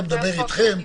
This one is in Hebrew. חוק.